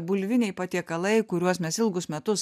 bulviniai patiekalai kuriuos mes ilgus metus